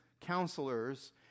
counselors